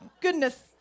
Goodness